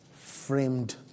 framed